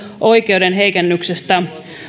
oikeuden heikennyksestä